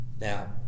Now